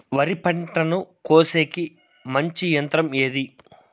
వరి పంటను కోసేకి మంచి యంత్రం ఏది?